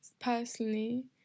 personally